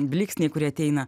blyksniai kurie ateina